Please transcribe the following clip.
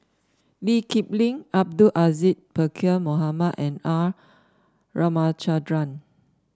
Lee Kip Lin Abdul Aziz Pakkeer Mohamed and R Ramachandran